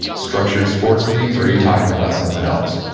structured sports leagues, or are you talking about something else?